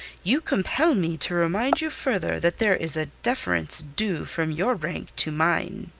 you compel me to remind you further that there is a deference due from your rank to mine.